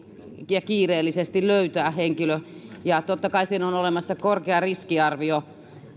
ja kiireellisesti löytää hänet ja totta kai siinä on olemassa korkea riskiarvio